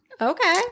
Okay